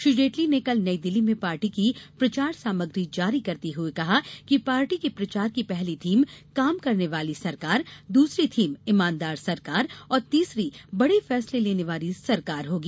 श्री जेटली ने कल नईदिल्ली में पार्टी की प्रचार सामग्री जारी करते हुए कहा कि पार्टी के प्रचार की पहली थीम काम करने वाली सरकार दूसरी थीम ईमानदार सरकार और तीसरी बड़े फैसले लेने वाली सरकार होगी